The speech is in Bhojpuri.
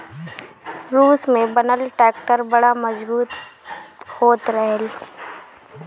रूस में बनल ट्रैक्टर बड़ा मजबूत होत रहल